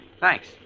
Thanks